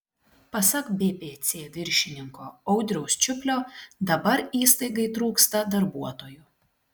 pasak bpc viršininko audriaus čiuplio dabar įstaigai trūksta darbuotojų